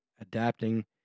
adapting